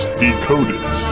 decoded